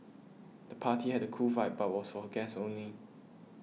the party had a cool vibe but was for guests only